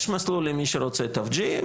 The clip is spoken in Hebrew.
יש מסלול למי שרוצה תו G,